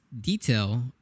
detail